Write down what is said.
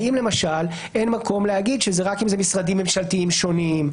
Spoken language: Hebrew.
האם למשל אין מקום להגיד שזה רק אם זה משרדים ממשלתיים שונים,